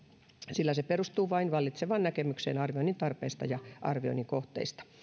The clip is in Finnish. sillä se perustuu vain vallitsevaan näkemykseen arvioinnin tarpeesta ja arvioinnin kohteista